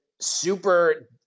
super